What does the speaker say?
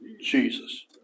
Jesus